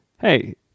hey